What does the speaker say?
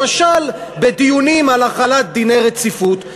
למשל בדיונים על החלת דיני רציפות,